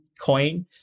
coin